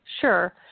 Sure